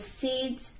seeds